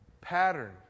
Pattern